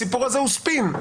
הסיפור הזה הוא ספין,